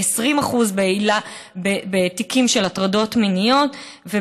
20% בתיקים של הטרדות מיניות.